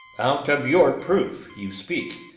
out of your proof you speak.